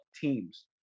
teams